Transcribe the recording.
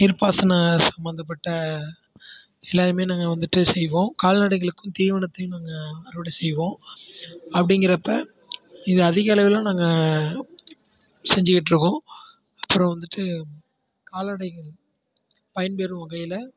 நீர்ப்பாசனம் சம்பந்தப்பட்ட எல்லாமே நாங்கள் வந்துட்டு செய்வோம் கால்நடைகளுக்கும் தீவனத்தையும் நாங்கள் அறுவடை செய்வோம் அப்படிங்குறப்ப இதை அதிகளவில் நாங்கள் செஞ்சுக்கிட்ருக்கோம் அப்புறம் வந்துட்டு கால்நடைகள் பயன்பெறும் வகையில்